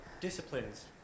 disciplines